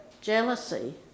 jealousy